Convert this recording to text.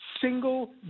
single